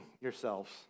yourselves